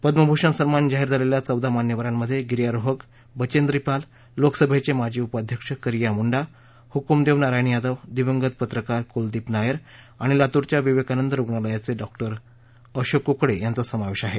पद्मभूषण सन्मान जाहीर झालेल्या चौदा मान्यवरांमध्ये गिर्यारोहक बचेंद्री पाल लोकसभेचे माजी उपाध्यक्ष करिया मुंडा हुकुमदेव नारायण यादव दिवंगत पत्रकार कुलदीप नायर आणि लातूरच्या विवेकानंद रुग्णालयाचे डॉ अशोक कुकडे यांचा समावेश आहे